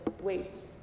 wait